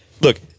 Look